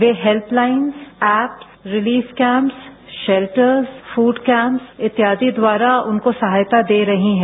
वे helplines apps relief camps shelters food camps इत्यादि द्वारा उनको सहायता दे रही हैं